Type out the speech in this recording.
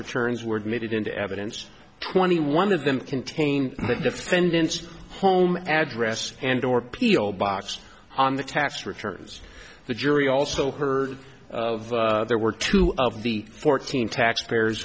returns were admitted into evidence twenty one of them contained the defendant's home address and or p o box on the tax returns the jury also heard of there were two of the fourteen taxpayers